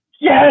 Yes